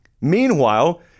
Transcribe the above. Meanwhile